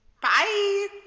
Bye